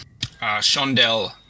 Shondell